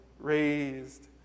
raised